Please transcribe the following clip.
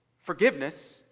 forgiveness